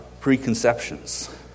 preconceptions